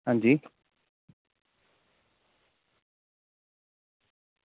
हां जी